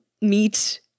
meet